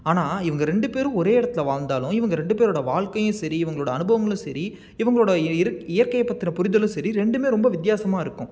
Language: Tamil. ஆனால் இவங்க ரெண்டு பேரும் ஒரே இடத்துல வாழ்ந்தாலும் இவங்க ரெண்டு பேரோட வாழ்க்கையும் சரி இவங்களோட அனுபவங்களும் சரி இவங்களோட இரு இயற்கையை பற்றின புரிதலும் சரி ரெண்டும் ரொம்ப வித்தியாசமாக இருக்கும்